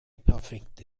perfekt